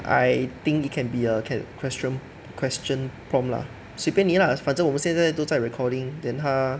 I think it can be a can question question prompt lah 随便你 lah 反正我们现在都在 recording then 他